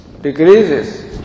decreases